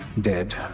dead